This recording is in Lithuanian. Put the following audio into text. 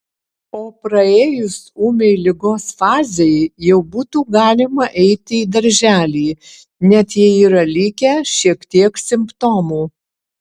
o praėjus ūmiai ligos fazei jau būtų galima eiti į darželį net jei yra likę šiek tiek simptomų